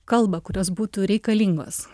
kalba kurios būtų reikalingos